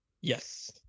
Yes